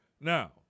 Now